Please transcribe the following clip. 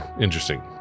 Interesting